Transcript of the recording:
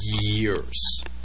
years